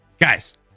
Guys